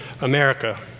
America